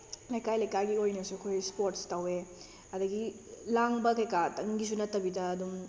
ꯂꯩꯀꯥꯏ ꯂꯩꯀꯥꯏꯒꯤ ꯑꯣꯏꯅꯁꯨ ꯑꯩꯈꯣꯏ ꯁ꯭ꯄꯣꯔꯠꯁ ꯇꯧꯏ ꯑꯗꯨꯗꯒꯤ ꯂꯥꯡꯕ ꯀꯩꯀꯥꯇꯪꯒꯤ ꯅꯇꯥꯕꯤꯗꯁꯨ ꯑꯗꯨꯝ